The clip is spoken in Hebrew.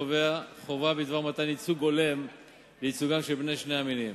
קובע חובה בדבר מתן ביטוי הולם לייצוגם של בני שני המינים.